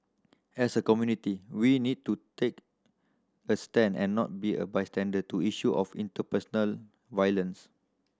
as a community we need to take a stand and not be a bystander to issue of interpersonal violence